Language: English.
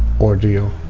Ordeal